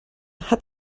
hat